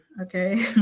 Okay